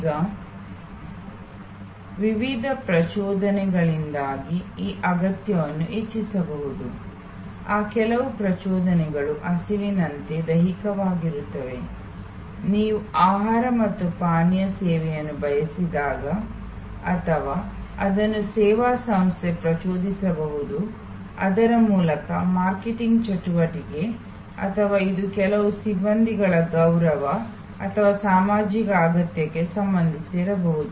ಈಗ ವಿವಿಧ ಪ್ರಚೋದಕಗಳಿಂದಾಗಿ ಈ ಅಗತ್ಯವನ್ನು ಹೆಚ್ಚಿಸಬಹುದು ಆ ಕೆಲವು ಪ್ರಚೋದಕಗಳು ಹಸಿವಿನಂತೆ ದೈಹಿಕವಾಗಿರುತ್ತವೆ ನೀವು ಆಹಾರ ಮತ್ತು ಪಾನೀಯ ಸೇವೆಯನ್ನು ಬಯಸಿದಾಗ ಅಥವಾ ಅದನ್ನು ಸೇವಾ ಸಂಸ್ಥೆ ಪ್ರಚೋದಿಸಬಹುದು ಅದರ ಮೂಲಕ ಮಾರ್ಕೆಟಿಂಗ್ ಚಟುವಟಿಕೆ ಅಥವಾ ಇದು ಕೆಲವು ಸಿಬ್ಬಂದಿಗಳ ಗೌರವ ಅಥವಾ ಸಾಮಾಜಿಕ ಅಗತ್ಯಕ್ಕೆ ಸಂಬಂಧಿಸಿರಬಹುದು